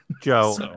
Joe